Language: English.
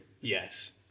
yes